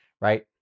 right